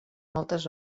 moltes